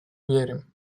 верим